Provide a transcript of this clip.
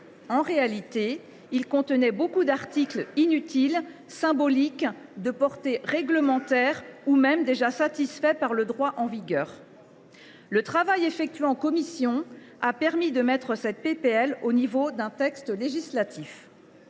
En réalité, il contenait beaucoup d’articles inutiles, symboliques, de portée réglementaire ou même déjà satisfaits par le droit en vigueur. Le travail effectué en commission a permis de ramener cette proposition de loi au rang d’un texte législatif.